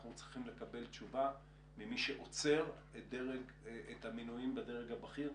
אנחנו צריכים לקבל תשובה ממי שעוצר את המינויים בדרג הבכיר,